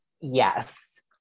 Yes